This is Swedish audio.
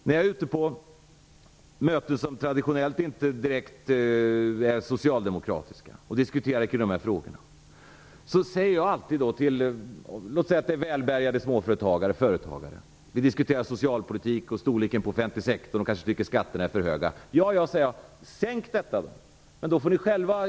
När jag är ute på möten som traditionellt inte är direkt socialdemokratiska och diskuterar kring de här frågorna, säger jag alltid till låt oss säga välbärgade småföretagare och företagare när vi diskuterar socialpolitik och storleken på offentlig sektor och de kanske tycker skatterna är för höga: Ja, ja, sänk dem då! Men då drabbas ni själva.